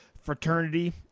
fraternity